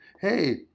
hey